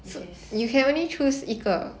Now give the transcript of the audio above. which is